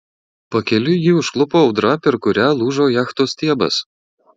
pakeliui jį užklupo audra per kurią lūžo jachtos stiebas